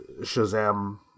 Shazam